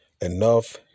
enough